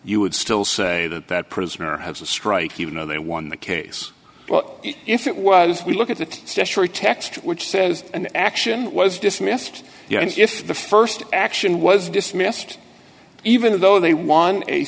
you would still say that that prisoner has a strike even though they won the case well if it was we look at the text which says an action was dismissed and if the st action was dismissed even though they won a